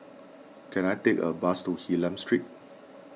can I take a bus to Hylam Street